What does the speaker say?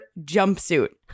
jumpsuit